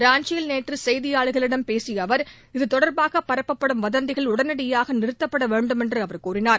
ராஞ்சியில் நேற்று செய்தியாளர்களிடம் பேசிய அவர் இதுதொடர்பாக பரப்பப்படும் வதந்திகள் உடனடியாக நிறுத்தப்பட வேண்டும் என்று கூறினார்